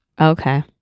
Okay